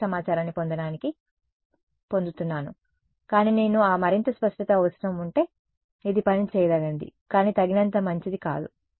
మాత్రమే సమాచారాన్ని పొందడానికి పొందుతున్నాను కాని నేను ఆ మరింత స్పష్టత అవసరం ఉంటే ఇది పని చేయదగినది కానీ తగినంత మంచిది కాదు